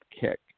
kick